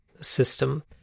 system